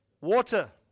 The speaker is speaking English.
water